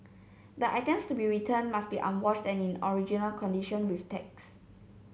the items to be returned must be unwashed and in original condition with tags